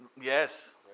yes